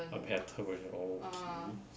a better version oh okay